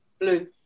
Blue